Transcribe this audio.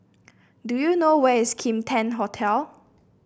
do you know where is Kim Tian Hotel